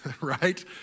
right